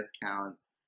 discounts